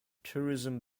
tourism